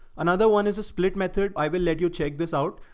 another one is a split method. i will let you check this out.